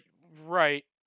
right